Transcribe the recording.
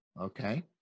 okay